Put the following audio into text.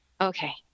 Okay